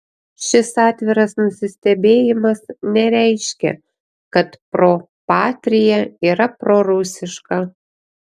šis atviras nusistebėjimas nereiškia kad pro patria yra prorusiška